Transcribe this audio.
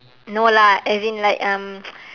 no lah as in like um